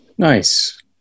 Nice